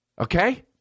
Okay